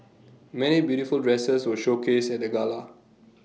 many beautiful dresses were showcased at the gala